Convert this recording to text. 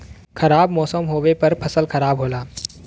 खराब मौसम होवे पर फसल खराब होला